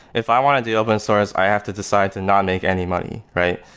if i want to do open source, i have to decide to not make any money, right?